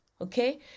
Okay